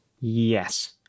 yes